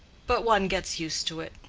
but one gets used to it.